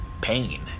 pain